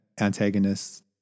antagonists